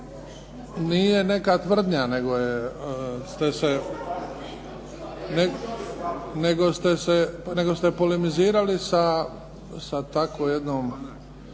nije neka tvrdnja nego ste se, nego ste polemizirali sa tako jednom.